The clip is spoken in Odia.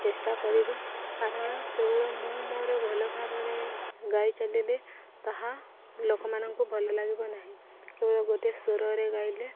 ଚେଷ୍ଟା କରିବି କାରଣ କେବଳ ମୁଁ ମୋର ଭଲ ଭାବରେ ଗାଇ ଚାଲିଲି ତାହା ଲୋକମାନଙ୍କୁ ଭଲ ଲାଗିବ ନାହିଁ କେବଳ ଗୋଟେ ସ୍ୱରରେ ଗାଇଲେ